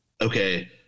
okay